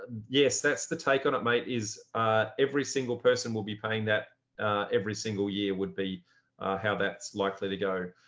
yes, that's the take on it, mate is every single person will be paying that every single year would be how that's likely to go.